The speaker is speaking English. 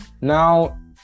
Now